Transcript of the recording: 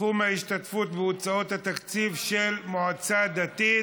(סכום ההשתתפות בהוצאות התקציב של מועצה דתית),